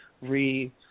re